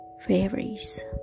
fairies